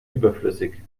überflüssig